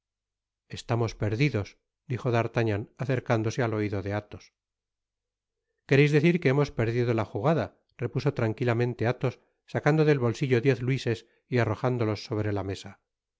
estamos perdidos dijo d'artagnan acercándose al oido de athos quereis decir que hemos perdido la jugada repuso tranquilamente athos sacando del bolsillo diez luises y arrojándolos sobre la mesa